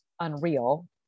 unreal